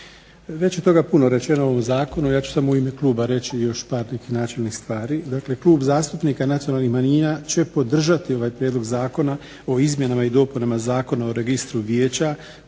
Već je toga puno rečeno o ovom zakonu, ja ću samo u ime kluba reći još par nekih načelnih stvari. Dakle Klub zastupnika Nacionalnih manjina će podržati ovaj Prijedlog zakona o izmjenama i dopunama Zakona o Registru vijeća,